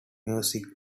music